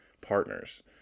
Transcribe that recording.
partners